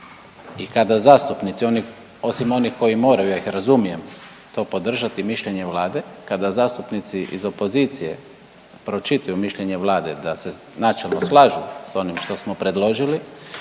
i kada zastupnici, oni, osim onih koji moraju, ja ih razumijem to podržati mišljenje Vlade, kada zastupnici iz opozicije pročitaju mišljenje Vlade da se načelno slažu s onim što smo predložili,